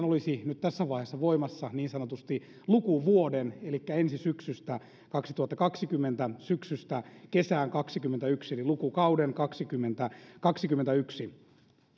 olisi nyt tässä vaiheessa voimassa niin sanotusti lukuvuoden elikkä ensi syksystä kaksituhattakaksikymmentä syksystä kesään kaksikymmentäyksi eli lukukauden kaksikymmentä viiva kaksikymmentäyksi